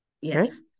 Yes